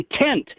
intent